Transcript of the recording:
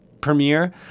premiere